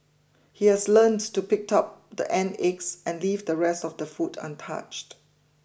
he has learnt to pick out the ant eggs and leave the rest of the food untouched